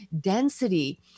density